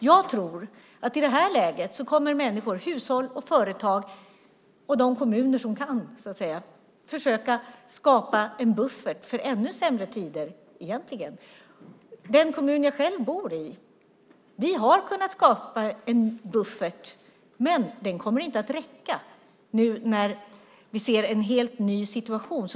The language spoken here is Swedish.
Jag tror att i det här läget kommer människor, hushåll, företag och de kommuner som kan att försöka skapa en buffert för ännu sämre tider. I den kommun där jag själv bor har vi kunnat skapa en buffert, men den kommer inte att räcka när vi nu ser en helt ny situation.